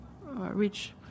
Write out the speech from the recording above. reach